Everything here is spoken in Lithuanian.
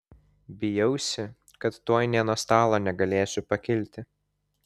bijausi kad tuoj nė nuo stalo negalėsiu pakilti